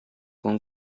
con